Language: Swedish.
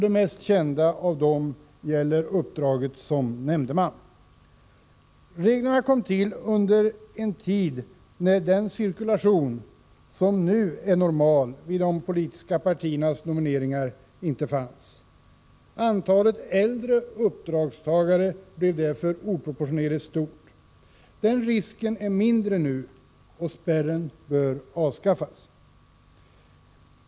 Det mest kända exemplet gäller uppdraget som nämndeman. Reglerna kom till under en tid när den cirkulation som nu är normal vid de politiska partiernas nomineringar inte fanns. Antalet äldre uppdragstagare blev därför oproportionerligt stort. Den risken är mindre nu, och spärren bör avskaffas.